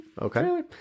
Okay